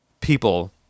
people